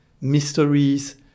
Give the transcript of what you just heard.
mysteries